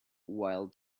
while